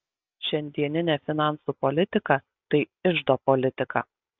šiandieninė finansų politika tai iždo politika